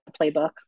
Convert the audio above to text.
playbook